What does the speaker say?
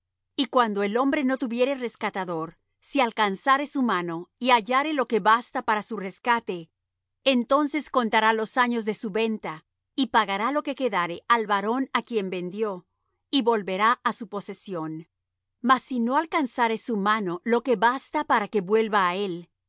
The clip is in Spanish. y cuando el hombre no tuviere rescatador si alcanzare su mano y hallare lo que basta para su rescate entonces contará los años de su venta y pagará lo que quedare al varón á quien vendió y volverá á su posesión mas si no alcanzare su mano lo que basta para que vuelva á él